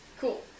Cool